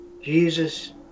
Jesus